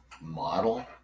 model